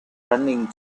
running